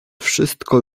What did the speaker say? wszystko